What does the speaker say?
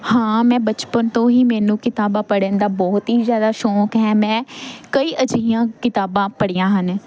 ਹਾਂ ਮੈਂ ਬਚਪਨ ਤੋਂ ਹੀ ਮੈਨੂੰ ਕਿਤਾਬਾਂ ਪੜ੍ਹਨ ਦਾ ਬਹੁਤ ਹੀ ਜ਼ਿਆਦਾ ਸ਼ੌਕ ਹੈ ਮੈਂ ਕਈ ਅਜਿਹੀਆਂ ਕਿਤਾਬਾਂ ਪੜ੍ਹੀਆਂ ਹਨ